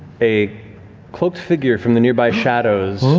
a cloaked figure from the nearby shadows,